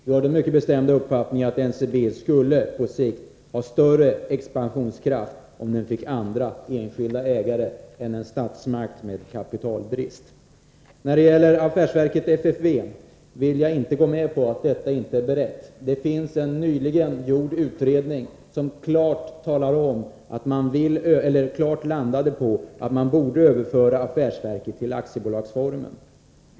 Vi har den mycket bestämda uppfattningen att NCB på sikt skulle ha större expansionskraft om företaget fick andra, enskilda, ägare än en statsmakt med kapitalbrist. När det gäller affärsverket FFV vill jag inte gå med på att frågan inte är beredd. Det finns en nyligen gjord utredning som klart anger att man borde överföra affärsverket till aktiebolagsformen.